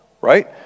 right